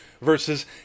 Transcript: versus